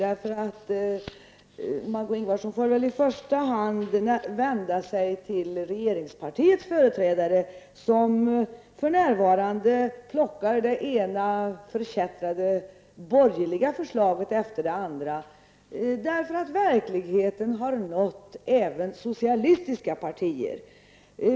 Margó Ingvardsson får väl i första hand vända sig till regeringspartiets företrädare som för närvarande plockar till sig det ena förkättrade borgerliga förslaget efter det andra, därför att verkligheten har nått även socialistiska partier.